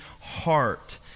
heart